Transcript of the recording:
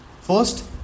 first